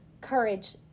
courage